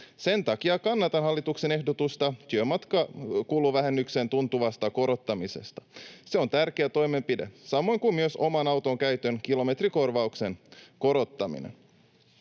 Sen takia kannatan hallituksen ehdotusta työmatkakuluvähennyksen tuntuvasta korottamisesta. Se on tärkeä toimenpide, samoin kuin myös oman auton käytön kilometrikorvauksen korottaminen.